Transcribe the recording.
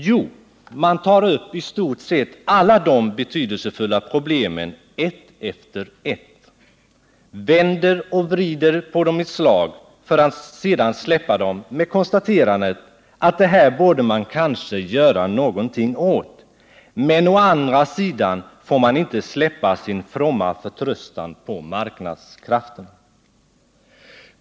Jo, man tar uppi stort sett alla de betydelsefulla problemen ett efter ett och vänder och vrider på dem ett slag, för att sedan släppa dem med konstaterandet, att det här borde man kanske göra någonting åt — men å andra sidan får man inte släppa sin fromma förtröstan på marknadskrafterna.